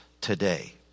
today